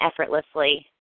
effortlessly